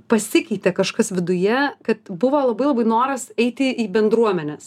pasikeitė kažkas viduje kad buvo labai labai noras eiti į bendruomenes